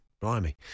Blimey